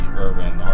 urban